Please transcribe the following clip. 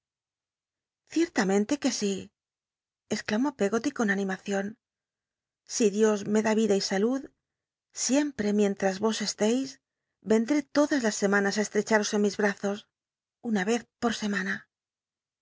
ciertamente que sí exclamó peggoty con animacion si dios me da vida y salud siempre m ientras vos eslcis vendré todas las semanas á estreeharos en mis brazos una vez por semana